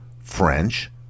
French